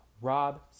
Rob